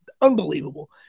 unbelievable